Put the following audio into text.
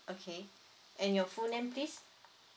okay and your full name please